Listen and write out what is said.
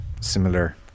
similar